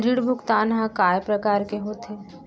ऋण भुगतान ह कय प्रकार के होथे?